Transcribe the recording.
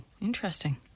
interesting